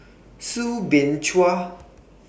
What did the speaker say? Soo Bin Chua